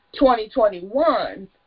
2021